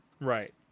right